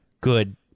good